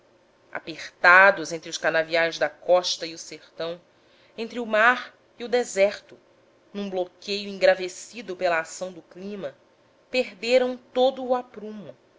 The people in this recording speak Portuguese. apertados entre os canaviais da costa e o sertão entre o mar e o deserto num bloqueio engravecido pela ação do clima perderam todo o aprumo